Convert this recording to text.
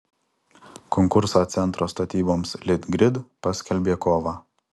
konkursą centro statyboms litgrid paskelbė kovą